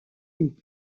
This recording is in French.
loup